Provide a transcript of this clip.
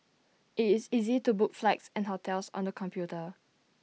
IT is easy to book flights and hotels on the computer